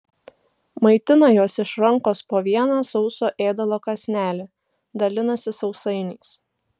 maitina juos iš rankos po vieną sauso ėdalo kąsnelį dalinasi sausainiais